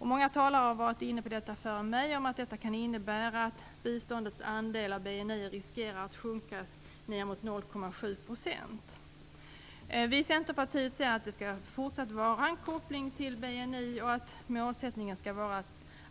Många talare före mig har varit inne på att detta kan innebära att biståndets andel av BNI riskerar att sjunka ned mot 0,7 %. Vi i Centerpartiet anser att det fortsatt skall vara en koppling till BNI och att målsättningen skall vara